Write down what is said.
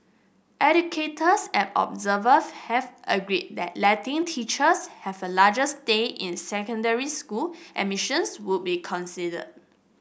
educators and observer have agreed that letting teachers have a larger stay in secondary school admissions would be considered